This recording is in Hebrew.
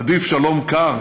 עדיף שלום קר